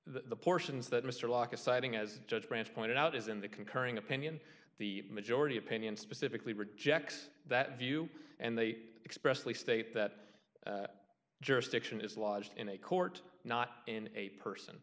the portions that mr locke is citing as judge branch pointed out is in the concurring opinion the majority opinion specifically rejects that view and they expressly state that jurisdiction is lodged in a court not in a person